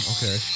Okay